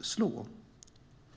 slå.